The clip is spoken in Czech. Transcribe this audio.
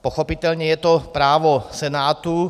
Pochopitelně je to právo Senátu.